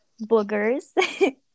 Boogers